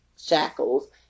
shackles